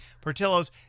Portillo's